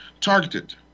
targeted